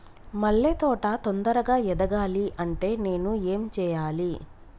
మల్లె తోట తొందరగా ఎదగాలి అంటే నేను ఏం చేయాలి?